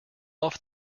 off